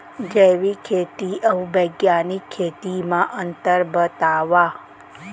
जैविक खेती अऊ बैग्यानिक खेती म अंतर बतावा?